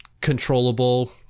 controllable